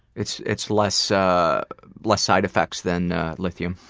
it's it's less ah less side effects than lithium?